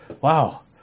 Wow